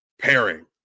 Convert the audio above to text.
pairing